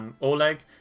Oleg